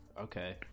okay